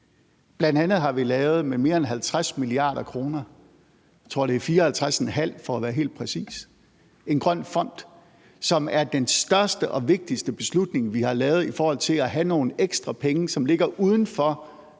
mia. kr., for at være helt præcis – lavet en grøn fond, og det er den største og vigtigste beslutning, vi har taget i forhold til at have nogle ekstra penge, som ligger uden for